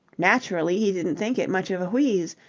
naturally he didn't think it much of a wheeze.